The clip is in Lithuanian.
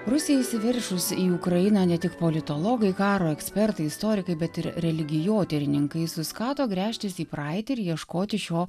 rusijai įsiveržus į ukrainą ne tik politologai karo ekspertai istorikai bet ir religijotyrininkai suskato gręžtis į praeitį ir ieškoti šio